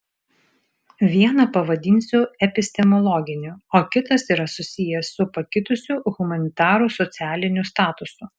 vieną pavadinsiu epistemologiniu o kitas yra susijęs su pakitusiu humanitarų socialiniu statusu